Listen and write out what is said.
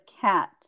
cat